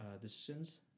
decisions